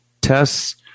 tests